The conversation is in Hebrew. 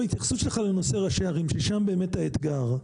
ההתייחסות שלך לנושא ראשי הערים, ששם באמת האתגר.